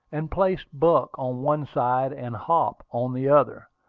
and placed buck on one side, and hop on the other.